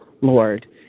Lord